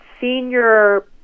senior